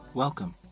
Welcome